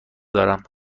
دارم